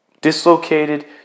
dislocated